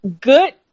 good